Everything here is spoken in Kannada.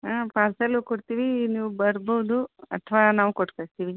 ಹಾಂ ಪಾರ್ಸಲ್ಲೂ ಕೊಡ್ತೀವಿ ನೀವು ಬರ್ಬೋದು ಅಥವಾ ನಾವು ಕೊಟ್ಟು ಕಳಿಸ್ತೀವಿ